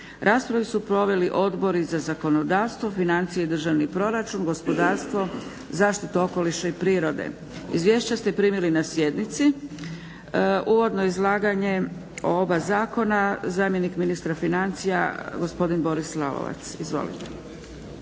Raspravu su proveli Odbori za zakonodavstvo, financije i državni proračun, gospodarstvo, zaštitu okoliša i prirode. Izvješća ste primili na sjednici. Uvodno izlaganje o oba zakona zamjenik ministra financija gospodin Boris Lalovac. Izvolite.